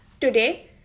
Today